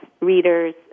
readers